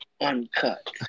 uncut